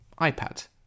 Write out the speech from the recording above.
iPad